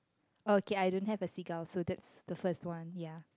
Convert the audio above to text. okay I don't have the seagull so that's the first one ya